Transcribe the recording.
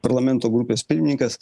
parlamento grupės pirmininkas